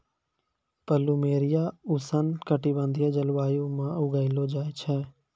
plumeria उष्ण कटिबंधीय जलवायु म उगैलो जाय छै